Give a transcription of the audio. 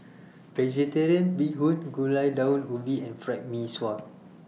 Vegetarian Bee Hoon Gulai Daun Ubi and Fried Mee Sua